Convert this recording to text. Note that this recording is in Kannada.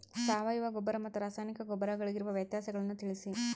ಸಾವಯವ ಗೊಬ್ಬರ ಮತ್ತು ರಾಸಾಯನಿಕ ಗೊಬ್ಬರಗಳಿಗಿರುವ ವ್ಯತ್ಯಾಸಗಳನ್ನು ತಿಳಿಸಿ?